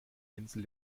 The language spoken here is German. insel